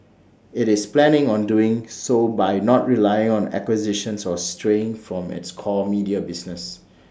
IT is planning on doing so by not relying on acquisitions or straying from its core media business